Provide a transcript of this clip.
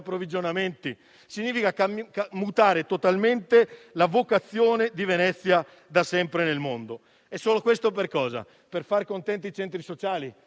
approvvigionamenti. Ciò significa mutare totalmente quella che è la vocazione di Venezia da sempre nel mondo. Questo per cosa? Per far contenti i centri sociali